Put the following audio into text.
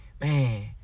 man